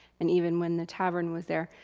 and even when the tavern was there.